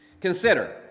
Consider